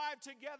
together